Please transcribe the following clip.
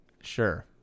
sure